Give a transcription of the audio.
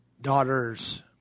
daughters